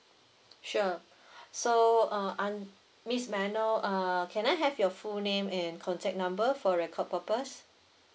sure so uh un~ miss may I know uh can I have your full name and contact number for record purpose